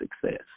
success